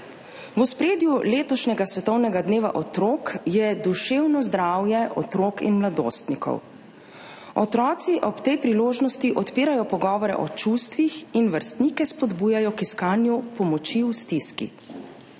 V ospredju letošnjega svetovnega dneva otrok je duševno zdravje otrok in mladostnikov. Otroci ob tej priložnosti odpirajo pogovore o čustvih in vrstnike spodbujajo k iskanju pomoči v stiski.